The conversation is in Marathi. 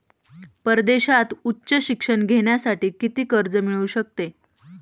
परदेशात उच्च शिक्षण घेण्यासाठी किती कर्ज मिळू शकते?